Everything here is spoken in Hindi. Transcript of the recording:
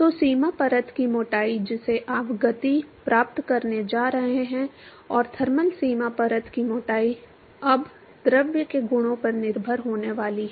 तो सीमा परत की मोटाई जिसे आप गति प्राप्त करने जा रहे हैं और थर्मल सीमा परत की मोटाई अब द्रव के गुणों पर निर्भर होने वाली है